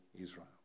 Israel